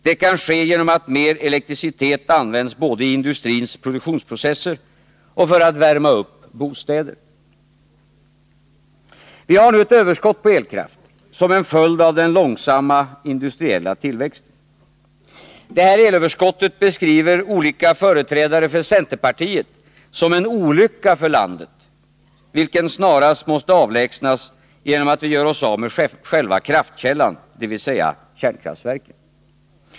Detta kan ske genom att mer elektricitet används både i industrins produktionsprocesser och för att värma upp bostäder. Vi har nu ett överskott på elkraft som en följd av den långsamma industriella tillväxten. Detta elöverskott beskriver olika företrädare för centerpartiet som en olycka för landet, vilken snarast måste avlägsnas genom att vi gör oss av med själva kraftkällan, dvs. kärnkraftverken.